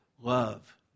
love